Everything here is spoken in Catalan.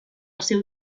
seu